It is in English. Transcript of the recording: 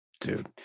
dude